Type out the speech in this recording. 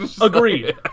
Agreed